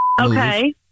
Okay